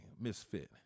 misfit